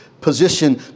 position